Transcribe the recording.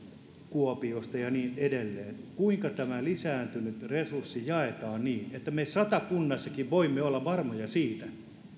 kuopiosta ja niin edelleen kuinka tämä lisääntynyt resurssi jaetaan niin että me satakunnassakin voimme olla varmoja siitä